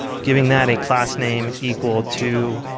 giving that a class name equal to